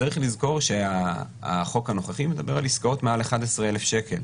צריך לזכור שהחוק הנוכחי מדבר על עסקאות מעל 11,000 שקל.